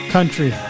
Country